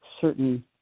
certain